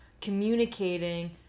communicating